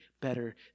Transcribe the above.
better